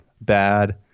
bad